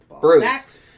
Bruce